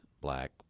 black